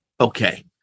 Okay